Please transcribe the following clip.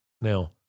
Now